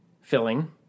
filling